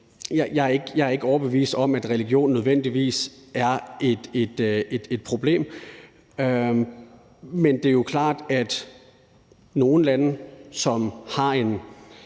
Jeg er ikke overbevist om, at religion nødvendigvis er et problem, men det er jo klart, at nogle lande, som f.eks.